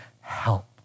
help